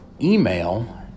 email